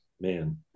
man